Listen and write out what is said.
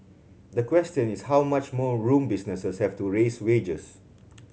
the question is how much more room businesses have to raise wages